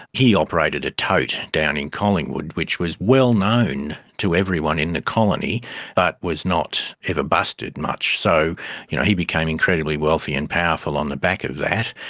he operated a tote down in collingwood which was well known to everyone in the colony but was not ever busted much. so you know he became incredibly wealthy and powerful on the back of that.